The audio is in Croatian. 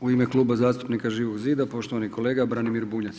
U ime Kluba zastupnika Živog zida poštovani kolega Branimir Bunjac.